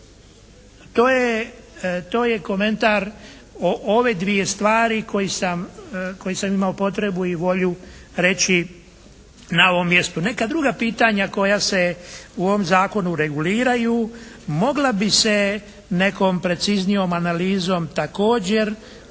To je komentar o ove dvije stvari koje sam imao potrebu i volju reći na ovom mjestu. Neka druga pitanja koja se u ovom zakonu reguliraju mogla bi se nekom preciznijom analizom također